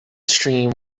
stream